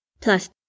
plus